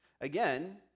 Again